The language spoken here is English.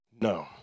No